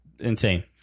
Insane